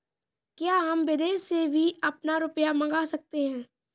क्या हम विदेश से भी अपना रुपया मंगा सकते हैं?